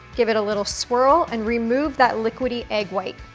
give it a little swirl, and remove that liquidy egg white.